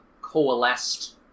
coalesced